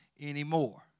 anymore